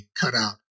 cutout